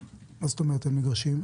מה זאת אומרת אין מגרשים?